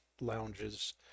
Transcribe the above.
lounges